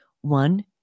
One